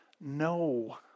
no